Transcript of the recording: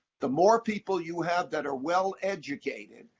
the more people you have that are well-educated,